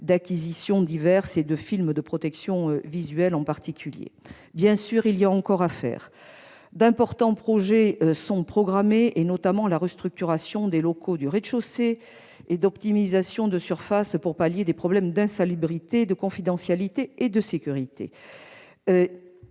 acquisitions diverses et film de protection visuelle, en particulier. Bien sûr, il y a encore à faire. D'importants projets sont programmés, notamment la restructuration des locaux du rez-de-chaussée et l'optimisation de surfaces afin de pallier des problèmes d'insalubrité, de confidentialité et de sécurité.